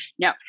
No